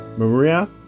Maria